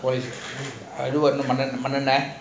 polish அது இப்னு மண்ணு மன்னென்னா:athu inu mannu mannennaa